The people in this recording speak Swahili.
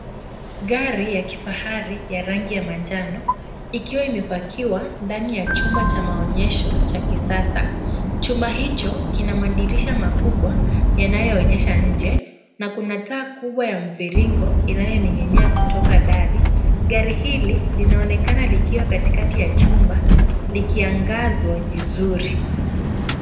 Gari ya kifari ya rangi ya manjano ikiwa imepakiwa ndani ya chumba cha maonyesho cha kisasa, chumba hicho kina madirisha makubwa yanayoonyesha nje na kuna taa kubwa ya mviringo inayoning'inia kutoka dari. Gari hili linaonekana likiwa katikati ya chumba likiangazwa vizuri.